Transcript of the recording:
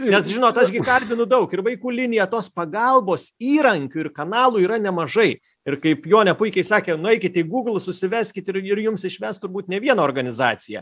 nes žinot aš kalbinu daug ir vaikų liniją tos pagalbos įrankių ir kanalų yra nemažai ir kaip jonė puikiai sakė nueikite į google susiveskit ir ir jums išmes turbūt ne vieną organizaciją